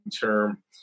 term